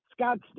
scottsdale